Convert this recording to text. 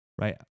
right